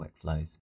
workflows